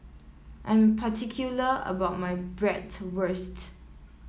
I'm particular about my Bratwurst